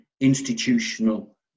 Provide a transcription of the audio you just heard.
institutional